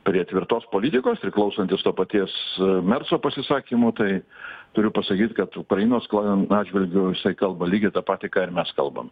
prie tvirtos politikos priklausantis to paties merco pasisakymų tai turiu pasakyt kad ukrainos atžvilgiu jisai kalba lygiai tą patį ką ir mes kalbam